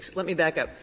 let me back up.